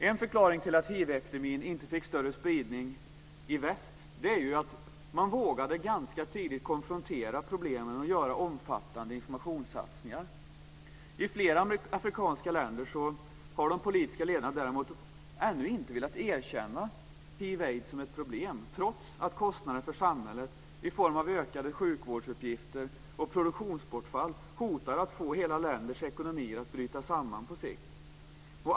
En förklaring till att hivepidemin inte fick större spridning i väst är att man ganska tidigt vågade konfrontera problemen och göra omfattande informationssatsningar. I flera afrikanska länder har de politiska ledarna däremot ännu inte velat erkänna hiv/aids som ett problem trots att kostnaden för samhället i form av ökade sjukvårdsutgifter och produktionsbortfall hotar att få hela länders ekonomier att bryta samman på sikt.